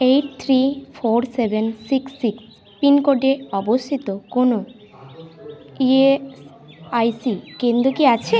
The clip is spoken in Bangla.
eight three four seven six six পিনকোডে অবস্থিত কোনও ইএসআইসি কেন্দ্র কি আছে